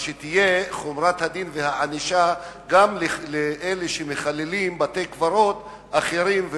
אז שתהיה חומרת הדין בענישה גם לאלה שמחללים בתי-קברות אחרים,